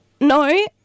no